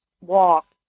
Walk